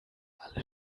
alle